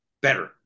Better